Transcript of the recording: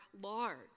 large